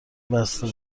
بسته